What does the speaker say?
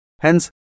Hence